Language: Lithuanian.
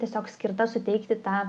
tiesiog skirta suteikti tą